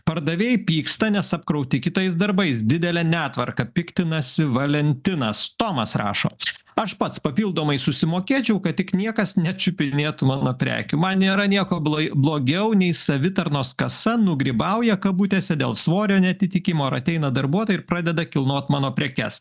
pardavėjai pyksta nes apkrauti kitais darbais didelė netvarka piktinasi valentinas tomas rašo aš pats papildomai susimokėčiau kad tik niekas nečiupinėtų mano prekių man nėra nieko blai blogiau nei savitarnos kasa nugrybauja kabutėse dėl svorio neatitikimo ar ateina darbuotojai ir pradeda kilnot mano prekes